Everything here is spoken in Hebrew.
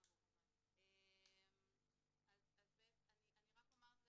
אני רק אומר,